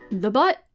the butt?